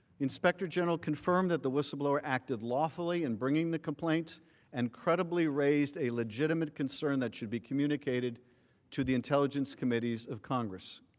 inspector general confirmed that the whistleblower acted lawfully in bringing the complaint and credibly raise a legitimate concern that should be communicated to the intelligence committee of congress.